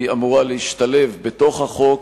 היא אמורה להשתלב בחוק,